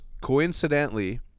coincidentally